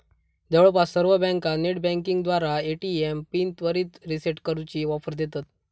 जवळपास सर्व बँका नेटबँकिंगद्वारा ए.टी.एम पिन त्वरित रीसेट करूची ऑफर देतत